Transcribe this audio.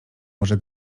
może